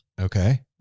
Okay